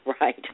right